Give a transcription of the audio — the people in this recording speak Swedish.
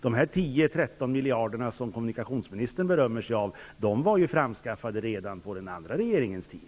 De 10--13 miljarder som kommunikationsministern berömmer sig av framskaffades ju redan under den tidigare regeringens tid.